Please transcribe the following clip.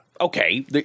okay